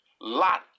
Lot